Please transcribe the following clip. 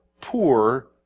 poor